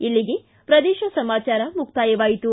ಇಲ್ಲಿಗೆ ಪ್ರದೇಶ ಸಮಾಚಾರ ಮುಕ್ತಾಯವಾಯಿತು